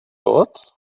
tots